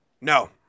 No